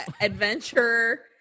adventure